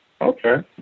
Okay